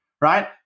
right